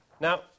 Now